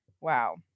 Wow